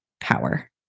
power